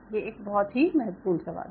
ये एक बहुत ही महत्वपूर्ण सवाल है